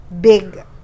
big